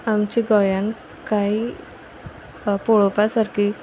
आमचे गोंयान कांय वा पळोवपा सारकी